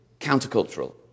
countercultural